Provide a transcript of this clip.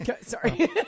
sorry